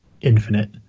infinite